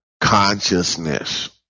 consciousness